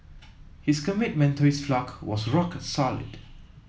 his commitment to his flock was rock solid